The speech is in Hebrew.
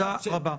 בדעותיו,